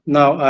now